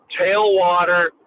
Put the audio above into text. tailwater